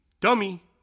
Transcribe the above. Dummy